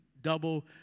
double